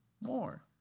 more